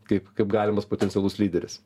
kaip kaip galimas potencialus lyderis